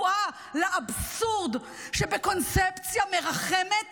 בבואה לאבסורד שבקונספציה שמרחמת